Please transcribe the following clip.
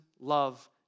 love